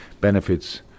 benefits